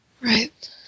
Right